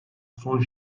son